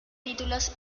títulos